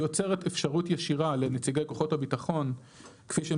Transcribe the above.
היא יוצרת אפשרות ישירה לנציגי כוחות הביטחון כפי שהם